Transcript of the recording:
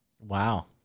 Wow